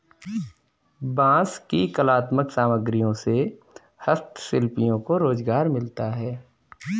बाँस की कलात्मक सामग्रियों से हस्तशिल्पियों को रोजगार मिलता है